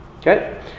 Okay